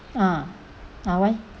ah ah why